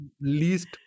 least